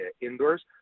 indoors